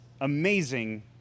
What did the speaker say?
amazing